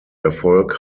erfolg